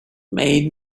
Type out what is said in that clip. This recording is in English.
made